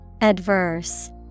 Adverse